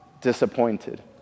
disappointed